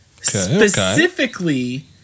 Specifically